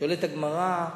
שואלת הגמרא,